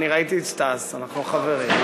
אני ראיתי את סטס, אנחנו חברים.